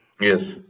Yes